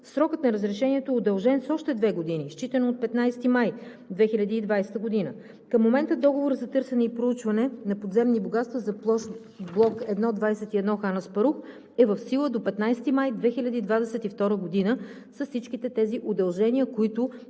срокът на разрешението е удължен с още две години, считано от 15 май 2020 г. Към момента договорът за търсене и проучване на подземни богатства за площ „Блок 1 – 21 Хан Аспарух“ е в сила до 15 май 2022 г. с всички тези удължения, които